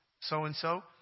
so-and-so